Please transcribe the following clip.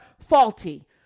faulty